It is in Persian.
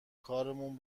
کارمون